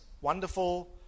wonderful